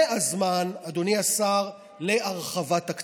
זה הזמן, אדוני השר, להרחבה תקציבית.